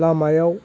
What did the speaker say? लामायाव